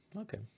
Okay